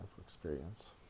experience